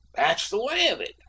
that's the way of it,